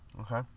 Okay